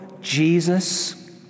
Jesus